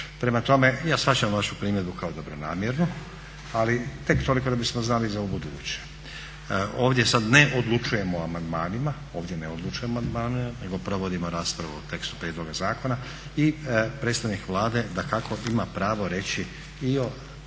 Prema tome, ja shvaćam vašu primjedbu kao dobronamjernu ali tek toliko da bismo znali za ubuduće. Ovdje sad ne odlučujemo o amandmanima nego provodimo raspravu o tekstu prijedloga zakona i predstavnik Vlade dakako ima pravo reći i o tekstu